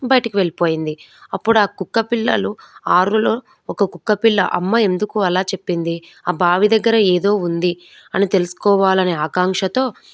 బయటికి వెళ్ళిపోయింది అపుడు ఆ కుక్క పిల్లలు ఆరులో ఒక కుక్క పిల్ల అమ్మ ఎందుకు అలా చెప్పింది ఆ బావి దగ్గర ఏదో ఉంది అని తెలుసుకోవాలని ఆకాంక్షతో